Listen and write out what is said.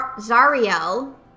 Zariel